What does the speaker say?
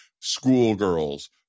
schoolgirls